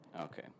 Okay